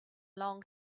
long